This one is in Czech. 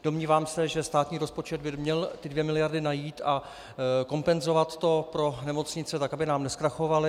Domnívám se, že státní rozpočet by měl ty 2 mld. najít a kompenzovat to pro nemocnice tak, aby nám nezkrachovaly.